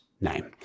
name